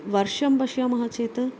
वर्षां पश्यामः चेत्